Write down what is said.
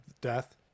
death